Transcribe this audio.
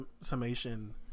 summation